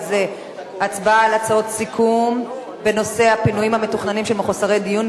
וזה הצעות סיכום בנושא הפינויים המתוכננים של מחוסרי דיור,